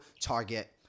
target